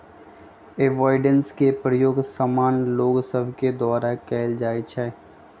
avoidance के प्रयोग सामान्य लोग सभके द्वारा कयल जाइ छइ